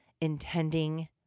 intending